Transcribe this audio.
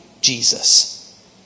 Jesus